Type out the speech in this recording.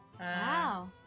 Wow